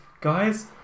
guys